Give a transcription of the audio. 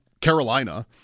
Carolina